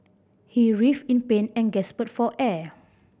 he writhed in pain and gasped for air